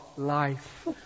Life